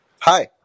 Hi